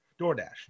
DoorDash